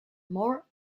more